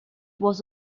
was